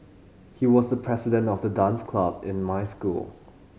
he was the president of the dance club in my school